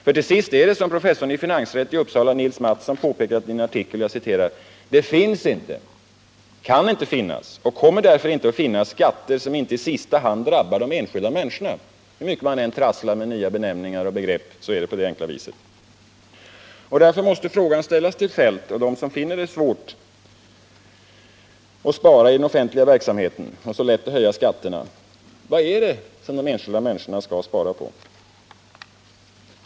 För till sist är det som professorn i finansrätt i Uppsala, Nils Mattsson, har påpekat i en artikel: ”Det finns inte, kan inte finnas och kommer därför inte att finnas skatter som inte i sista hand drabbar de enskilda människorna.” Hur mycket man än trasslar med nya benämningar och begrepp så är det på det enkla viset. Därför måste också frågan ställas till Kjell-Olof Feldt och till dem som finner det så svårt att spara i den offentliga verksamheten och så lätt att höja skatterna: Vad är det som de enskilda människorna skall spara på?